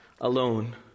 alone